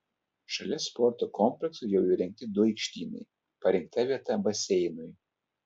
šalia sporto komplekso jau įrengti du aikštynai parinkta vieta baseinui